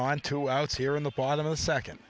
two outs here in the bottom of the second